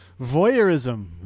voyeurism